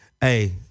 Hey